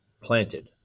planted